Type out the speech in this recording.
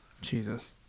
Jesus